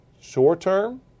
short-term